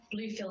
Bluefield